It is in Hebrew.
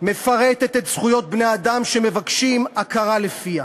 ומפרטת את זכויות בני-אדם שמבקשים הכרה לפיה